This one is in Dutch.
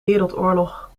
wereldoorlog